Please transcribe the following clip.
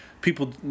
people